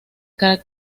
tener